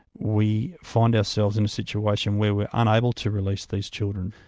we find ourselves in a situation where we're unable to release these children.